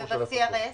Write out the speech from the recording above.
וב-CRS?